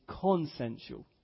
consensual